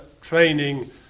training